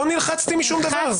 לא נלחצתי משום דבר.